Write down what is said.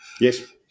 Yes